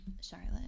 Charlotte